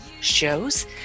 shows